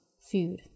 food